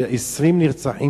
ש-20 נרצחים,